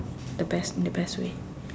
the best the best way